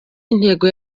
intego